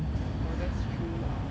oh that's true lah